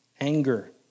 anger